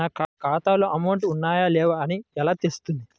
నా ఖాతాలో అమౌంట్ ఉన్నాయా లేవా అని ఎలా తెలుస్తుంది?